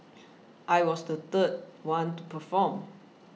I was the third one to perform